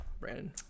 Brandon